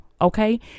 Okay